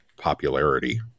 popularity